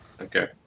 Okay